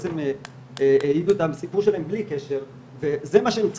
בעצם העידו את הסיפור שלהם בלי קשר וזה מה שהם צריכים,